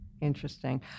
Interesting